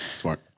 Smart